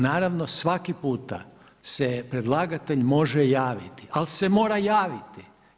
Naravno, svaki puta se predlagatelj može javiti, ali se mora javiti.